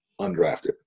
undrafted